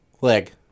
Leg